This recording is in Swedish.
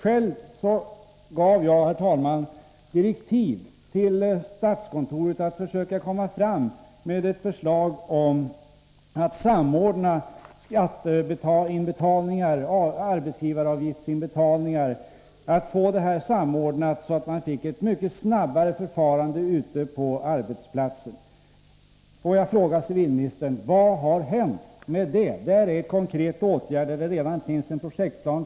Jag gav, herr talman, som statsråd direktiv till statskontoret att komma fram med ett förslag om en samordning av löneutbetalningar, skatteoch arbetsgivaravgiftsinbetalningar, så att man kunde få ett mycket enklare och snabbare förfarande ute på företagen. Får jag fråga civilministern: Vad har hänt med det förslaget? Det innebar en konkret åtgärd, och statskontoret har redovisat en projektplan.